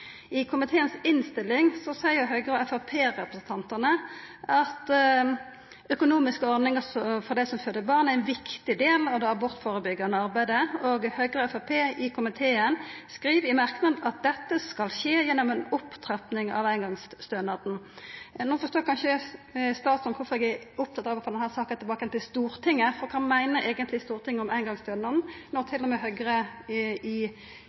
I komiteens innstilling er Høgre- og Framstegsparti-representantane med på ein merknad om at «økonomiske ordninger for kvinner som føder barn, er en viktig del av det abortforebyggende arbeidet». Høgre og Framstegspartiet i komiteen er òg med på ein merknad om at «dette skjer gjennom en opptrapping av engangsstønaden». No forstår kanskje statsråden kvifor eg er opptatt av å få denne saka tilbake igjen til Stortinget, for kva meiner eigentleg Stortinget om eingongsstønaden når til og med Høgre i